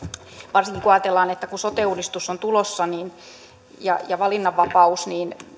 varsinkin kun ajatellaan että kun sote uudistus on tulossa ja ja valinnanvapaus niin